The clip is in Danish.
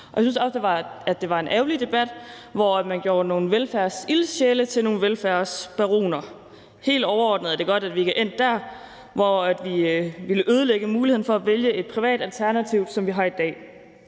og jeg synes også, at det var en ærgerlig debat, hvor man gjorde nogle velfærdsildsjæle til nogle velfærdsbaroner. Helt overordnet er det godt, at vi ikke er endt der, hvor vi ville ødelægge muligheden, som vi har i dag, for at vælge et privat alternativ. Lad mig starte med